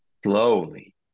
slowly